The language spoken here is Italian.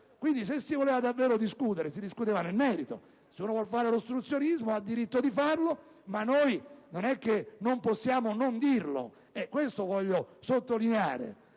era. Se si voleva davvero discutere, lo si faceva nel merito: se uno vuole fare l'ostruzionismo ha diritto di farlo, ma noi non possiamo non dirlo; questo voglio sottolineare.